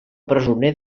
presoner